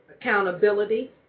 accountability